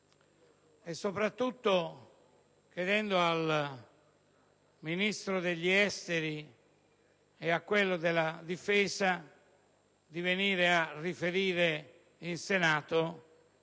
e soprattutto di chiedere al Ministro degli affari esteri e a quello della difesa di venire a riferire in Senato